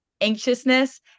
anxiousness